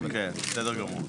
כן, בסדר גמור.